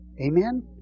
Amen